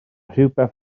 rhywbeth